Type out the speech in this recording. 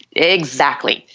exactly.